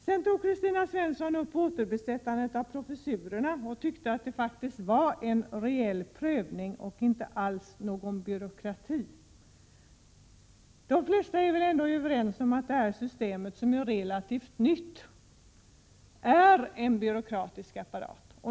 Sedan tog Kristina Svensson upp återbesättandet av professurer och tyckte att det skedde en reell prövning och inte alls var någon byråkrati. De flesta är ändå överens om att detta system, som är relativt nytt, är en byråkratisk apparat.